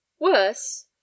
worse